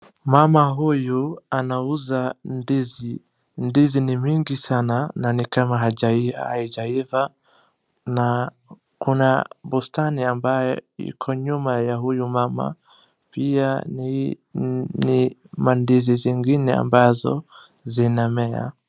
Mama huyu anauza ndizi. Ndizi ni mingi sana na ni kama haijaiva na kuna bustani ambaye iko nyuma ya huyu mama pia ni ndizi zingine ambazo zinamea.